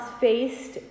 faced